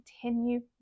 continue